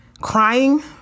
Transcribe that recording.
crying